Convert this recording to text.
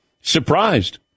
surprised